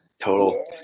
Total